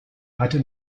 hatte